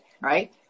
right